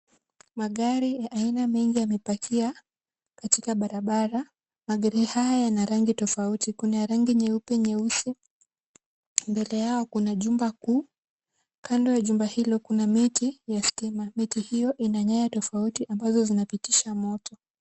Magari aina mingi yamepakia katika barabara. Magari haya yana rangi tofauti kuna ya rangi nyeupe, nyeusi. Mbele yao kuna jumba kuu. Kando ya jumba hilo kuna miti ya stima. Miti hiyo ina nyaya tofauti ambazo zinapitisha moto.